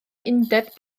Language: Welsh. undeb